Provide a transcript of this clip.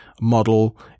model